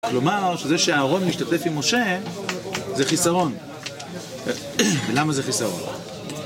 כלומר, שזה שאהרון משתתף עם משה, זה חיסרון. ולמה זה חיסרון?